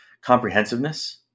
comprehensiveness